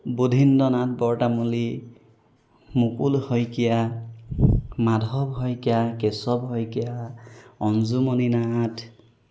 Budhinna Nath Bortamuli Mukul Saikia Madhav Saikia Keshav Saikia Anjumoni Nath